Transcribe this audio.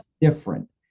different